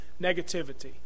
negativity